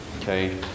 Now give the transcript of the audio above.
Okay